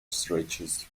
stretches